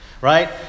right